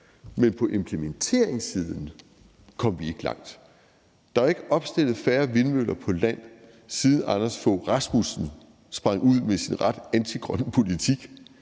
men på implementeringssiden kom vi ikke langt. Der er jo ikke blevet opstillet færre vindmøller på land, siden Anders Fogh Rasmussen sprang ud med sin ret antigrønne politik.